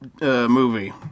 movie